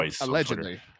allegedly